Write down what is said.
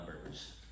numbers